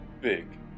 big